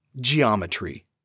Geometry